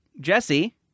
Jesse